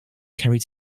carried